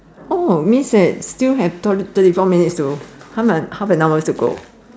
oh means that still have thirty four minutes to half and half an hour to go